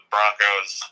Broncos